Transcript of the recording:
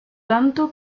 tanto